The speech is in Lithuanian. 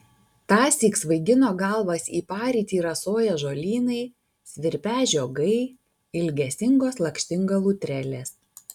tąsyk svaigino galvas į parytį rasoją žolynai svirpią žiogai ilgesingos lakštingalų trelės